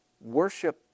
worship